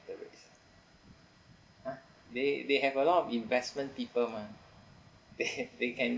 ~ter rates ah they they have a lot of investment people mah they they can